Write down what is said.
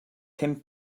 pum